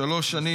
בשלוש השנים